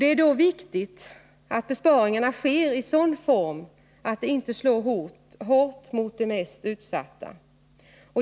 Det är viktigt att besparingarna sker i sådan form att de inte slår hårt mot de mest utsatta.